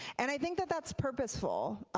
and i think that that's purposeful.